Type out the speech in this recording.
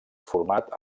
format